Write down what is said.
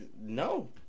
No